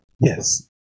yes